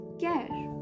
care